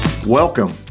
Welcome